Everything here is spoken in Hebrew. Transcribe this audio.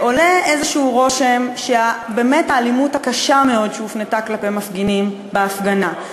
עולה איזה רושם שבאמת האלימות הקשה מאוד שהופנתה כלפי מפגינים בהפגנה,